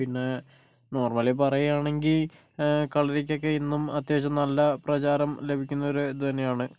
പിന്നെ നോർമലി പറയുകയാണെങ്കിൽ കളരിക്കൊക്കെ ഇന്നും അത്യാവശ്യം നല്ല പ്രചാരം ലഭിക്കുന്ന ഒരു ഇത് തന്നെയാണ്